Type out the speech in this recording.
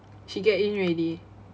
she get in already